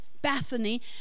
Bethany